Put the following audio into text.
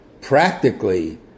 practically